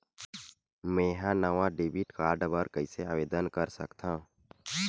मेंहा नवा debit card बर कैसे आवेदन कर सकथव?